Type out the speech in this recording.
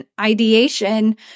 ideation